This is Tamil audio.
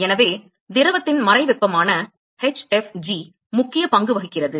எனவே திரவத்தின் மறை வெப்பமான hfg முக்கிய பங்கு வகிக்கிறது